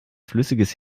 flüssiges